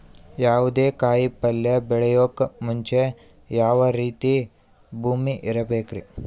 ಯಾವುದೇ ಕಾಯಿ ಪಲ್ಯ ಬೆಳೆಯೋಕ್ ಮುಂಚೆ ಯಾವ ರೀತಿ ಭೂಮಿ ಇರಬೇಕ್ರಿ?